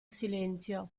silenzio